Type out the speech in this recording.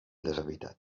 deshabitat